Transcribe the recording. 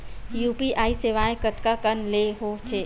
UPI सेवाएं कतका कान ले हो थे?